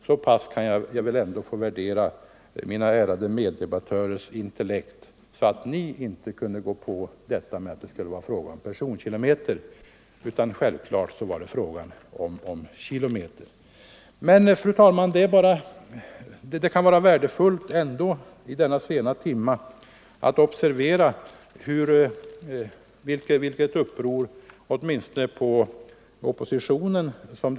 Så mycket kan jag väl ändå få värdera mina ärade meddebattörers intellekt att ni inte gick på att det var fråga om personkilometer, utan det var självfallet fråga om tågkilometer. Men, fru talman, i denna sena timme kan det ända vara värdefullt att observera vilket uppseende detta uttalande vållade, åtminstone på oppositionssidan.